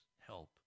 help